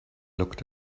looked